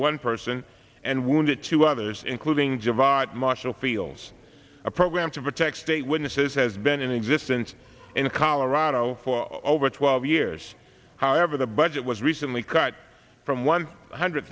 one person and wounded two others including javadoc marshall feels a program to protect state witnesses has been in existence in colorado for over twelve years however the budget was recently cut from one hundred